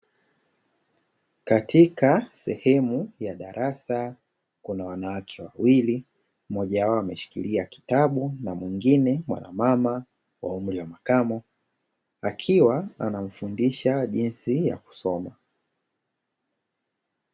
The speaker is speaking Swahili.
Katika sehemu ya darasa, kunawanawake wawili. Mmoja wao ameshika kitabu na mwingine mwana mama wa umri wa makamo, akiwa anamfundisha jinsi ya kusoma.